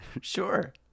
Sure